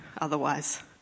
otherwise